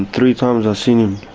and three times i've seen him.